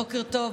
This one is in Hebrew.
בוקר טוב,